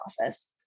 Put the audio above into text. office